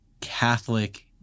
Catholic